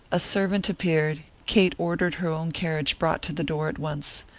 a servant appeared kate ordered her own carriage brought to the door at once.